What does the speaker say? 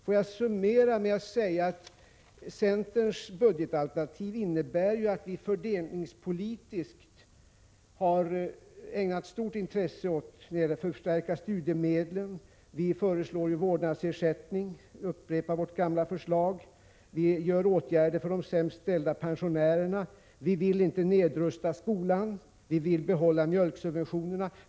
Får jag summera med att säga att centerns budgetalternativ innebär att vi fördelningspolitiskt har ägnat stort intresse åt att förstärka studiemedlen, vi upprepar vårt gamla förslag till vårdnadsersättning, vi vidtar åtgärder för de sämst ställda pensionärerna, vi vill inte nedrusta skolan, och vi vill behålla mjölksubventionerna.